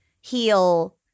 heal